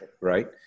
Right